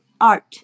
art